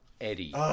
Eddie